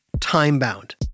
time-bound